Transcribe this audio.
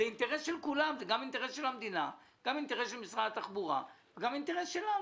זה אינטרס של כולם - המדינה, משרד התחבורה, שלנו.